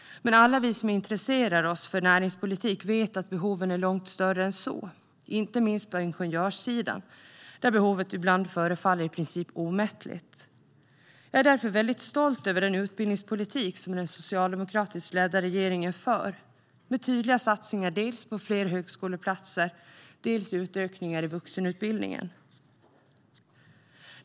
Men alla vi som intresserar oss för näringspolitik vet att behoven är långt större än så - inte minst på ingenjörssidan, där behovet ibland förefaller i princip omättligt. Jag är därför stolt över den utbildningspolitik som den socialdemokratiskt ledda regeringen för med tydliga satsningar dels på fler högskoleplatser, dels på utökningar i vuxenutbildningen.